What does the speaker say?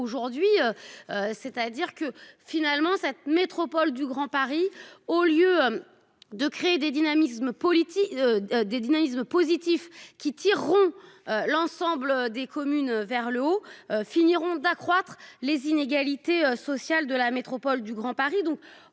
aujourd'hui. C'est-à-dire que finalement cette métropole du Grand Paris au lieu. De créer des dynamismes Politiques des dynamisme positif qui tireront l'ensemble des communes vers le haut finiront d'accroître les inégalités sociales de la métropole du Grand Paris,